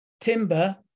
timber